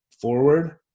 forward